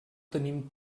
tenim